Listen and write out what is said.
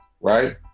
right